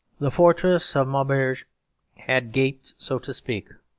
the fortress of maubeuge had gaped, so to speak,